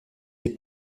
les